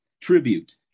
tribute